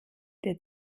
der